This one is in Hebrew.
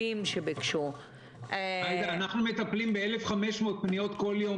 בהזדמנות הזו נמצא דרך להרחיב את ההיקף של מטפלים דוברי ערבית,